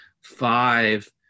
five